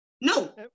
No